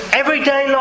everyday